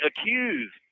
accused